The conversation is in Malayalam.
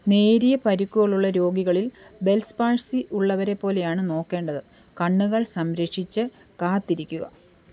നേരിയ പരിക്കുകളുള്ള രോഗികളിൽ ബെല്സ് പാൾസി ഉള്ളവരെ പോലെയാണ് നോക്കേണ്ടത് കണ്ണുകൾ സംരക്ഷിച്ച് കാത്തിരിക്കുക